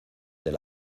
del